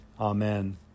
Amen